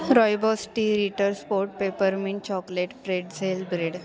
rooibos tea Ritter Sport peppermint chocolate pretzel bread